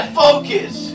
focus